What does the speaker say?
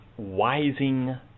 wising